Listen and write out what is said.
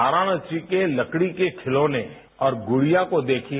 वाराणसी के लकड़ी के खिलौने और गुडियां को देखिए